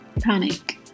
panic